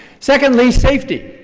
secondly, safety.